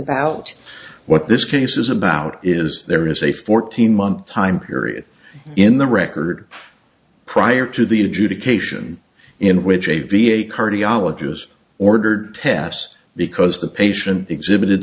about what this case is about is there is a fourteen month time period in the record prior to the adjudication in which a v a cardiologist ordered tests because the patient exhibited